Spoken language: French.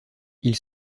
ils